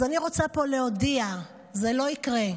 אז אני רוצה להודיע פה: זה לא יקרה.